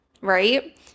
right